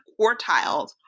quartiles